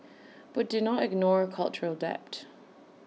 but do not ignore cultural debt